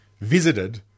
visited